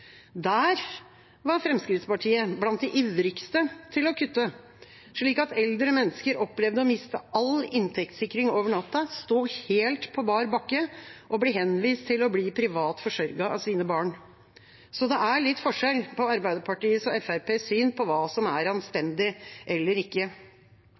Der var Fremskrittspartiet blant de ivrigste til å kutte, slik at eldre mennesker opplevde å miste all inntektssikring over natta, stå helt på bar bakke og bli henvist til å bli privat forsørget av sine barn. Så det er litt forskjell på Arbeiderpartiets og Fremskrittspartiets syn på hva som er